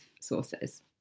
sources